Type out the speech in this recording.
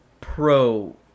pro-